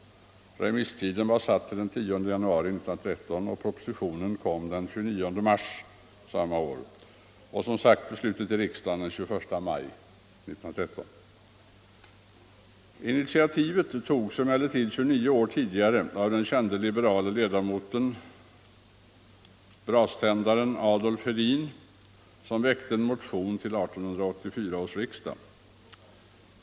Remisstiden var satt till den 10 januari 1913, och propositionen lades fram den 29 mars samma år. Beslutet i riksdagen fattades som sagt den 21 maj 1913. Initiativet togs emellertid 29 år tidigare av den kände liberale ledamoten och braständaren Adolf Hedin, som väckte en motion till 1884 års riksdag.